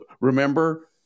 Remember